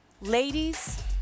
Ladies